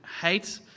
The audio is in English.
hate